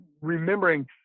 remembering